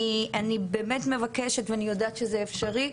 אני באמת מבקשת ואני יודעת שזה אפשרי,